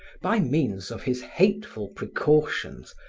by means of his hateful precautions,